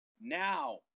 now